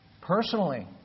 Personally